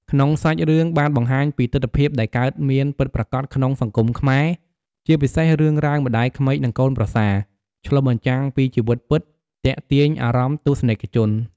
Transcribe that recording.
ក្នុងសាច់រឿងបានបង្ហាញពីទិដ្ឋភាពដែលកើតមានពិតប្រាកដក្នុងសង្គមខ្មែរ ជាពិសេសរឿងរ៉ាវម្តាយក្មេកនិងកូនប្រសារ ឆ្លុះបញ្ចាំងពីជីវិតពិត ទាក់ទាញអារម្មណ៍ទស្សនិកជន។